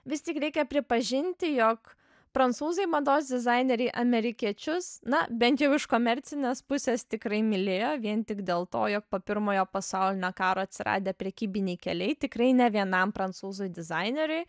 vis tik reikia pripažinti jog prancūzai mados dizaineriai amerikiečius na bent jau iš komercinės pusės tikrai mylėjo vien tik dėl to jog po pirmojo pasaulinio karo atsiradę prekybiniai keliai tikrai ne vienam prancūzų dizaineriui